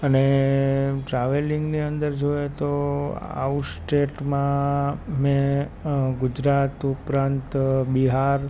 અને ટ્રાવેલિંગની અંદર જોઈએ તો આઉટ સ્ટેટમાં મેં ગુજરાત ઉપરાંત બિહાર